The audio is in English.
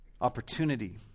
opportunity